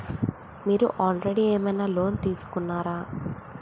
మీరు ఆల్రెడీ ఏమైనా లోన్ తీసుకున్నారా?